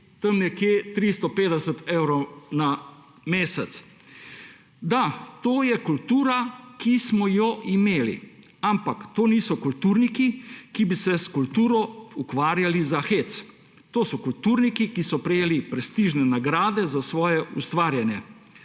tam nekje 350 evrov na mesec. Da, to je kultura, ki smo jo imeli. Ampak to niso kulturniki, ki bi se s kulturo ukvarjali za hec, to so kulturniki, ki so prejeli prestižne nagrade za svoje ustvarjanje.